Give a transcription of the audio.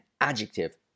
adjective